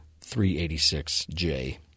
386J